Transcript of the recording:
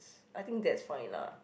I think that's fine lah